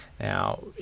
Now